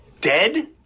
Dead